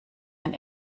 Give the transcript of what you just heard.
ein